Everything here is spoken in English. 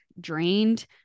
drained